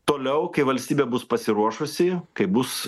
toliau kai valstybė bus pasiruošusi kai bus